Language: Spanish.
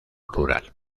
rural